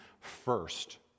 first